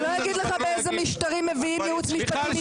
אני לא אגיד לך באיזה משטרים מביאים ייעוץ משפטי מטעם.